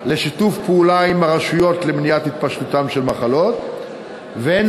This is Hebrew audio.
לשיתוף פעולה עם הרשויות למניעת התפשטותן של מחלות והן